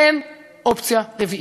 אין אופציה רביעית.